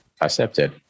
accepted